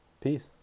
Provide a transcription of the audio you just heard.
Peace